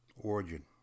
origin